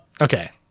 okay